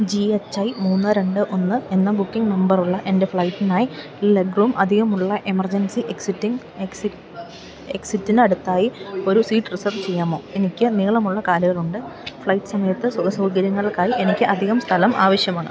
G H I മൂന്ന് രണ്ട് ഒന്ന് എന്ന ബുക്കിംഗ് നമ്പറുള്ള എൻ്റെ ഫ്ലൈറ്റിനായി ലെഗ് റൂം അധികമുള്ള എമർജൻസി എക്സിറ്റിങ് എക്സിറ്റ് എക്സിറ്റിനടുത്തായി ഒരു സീറ്റ് റിസർവ് ചെയ്യാമോ എനിക്ക് നീളമുള്ള കാലുകളുണ്ട് ഫ്ലൈറ്റ് സമയത്ത് സുഖസൗകര്യങ്ങൾക്കായി എനിക്ക് അധികം സ്ഥലം ആവിശ്യമാണ്